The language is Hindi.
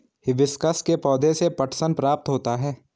हिबिस्कस के पौधे से पटसन प्राप्त होता है